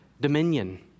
dominion